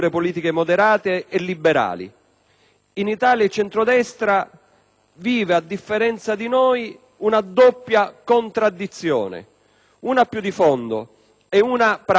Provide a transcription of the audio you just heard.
In Italia il centrodestra vive, a differenza di noi, una doppia contraddizione, una di fondo e l'altra pratica, anzi oserei dire